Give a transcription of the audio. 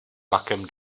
vlakem